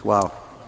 Hvala.